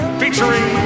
featuring